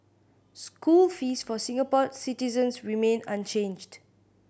school fees for Singapore citizens remain unchanged